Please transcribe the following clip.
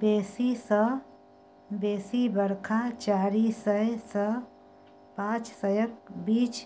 बेसी सँ बेसी बरखा चारि सय सँ पाँच सयक बीच